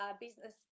business